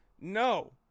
No